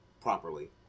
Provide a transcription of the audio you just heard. properly